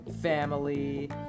family